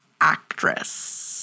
actress